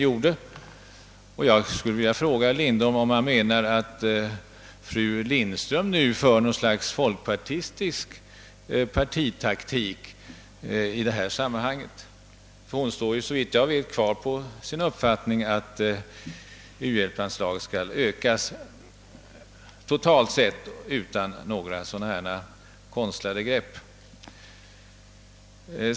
Jag skulle vilja fråga herr Lindholm om han anser att fru Lindström nu för något slags folkpartistisk partitaktik i detta sammanhang. Hon står såvitt jag förstår kvar vid sin uppfattning, att u-hjälpsanslaget skall ökas totalt utan några som helst konstlade grepp.